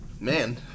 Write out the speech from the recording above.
man